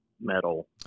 metal